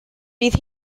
bydd